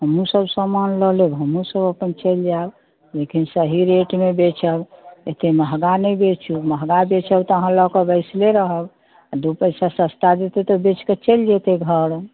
हमहुँ सब समान लऽ लेब हमहुँ सब अपन चलि जायब लेकिन सही रेटमे बेचब एतेक महँगा नहि बेचू महङ्गा बेचब तऽ अहाँ लग बैसले रहब आ दू पैसा सस्ता देतै तऽ बेचके चलि जयतै घर